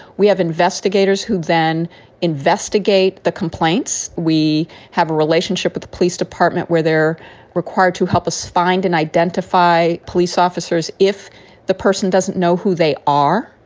we have investigators who then investigate the complaints. we have a relationship with the police department where they're required to help us find and identify police officers. if the person doesn't know who they are,